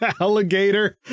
alligator